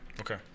Okay